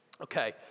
okay